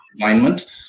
alignment